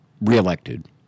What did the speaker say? reelected